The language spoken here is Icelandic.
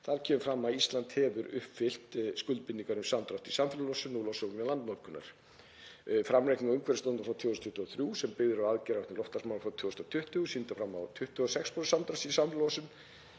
Þar kemur fram að Ísland hefur uppfyllt skuldbindingar um samdrátt í samfélagslosun og losun vegna landnotkunar. Framreikningur Umhverfisstofnunar frá 2023, sem byggður er á aðgerðaáætlun í loftslagsmálum frá 2020, sýndi fram á 26% samdrátt í samfélagslosun